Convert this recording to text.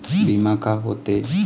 बीमा का होते?